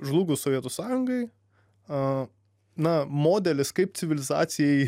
žlugus sovietų sąjungai na modelis kaip civilizacijai